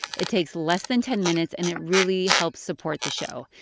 it takes less than ten minutes, and it really helps support the show.